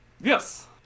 Yes